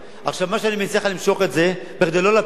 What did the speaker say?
אני מציע לך למשוך את זה כדי לא להפיל את זה.